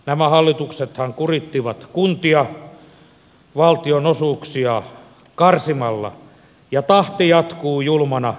nämä hallituksethan kurittivat kuntia valtionosuuksia karsimalla ja tahti jatkuu julmana